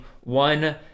one